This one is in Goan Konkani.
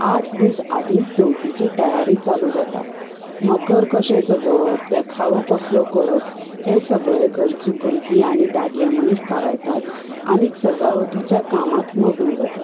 आठ दीस आदींच चवथीची तयारी चालू जाता मखर कशें सजोवप देखावो कसलो करप हें सगळें घरचीं भुरगीं आनी दादले मनीस थरयतात आनी सजावटीच्या कामांत मग्न जातात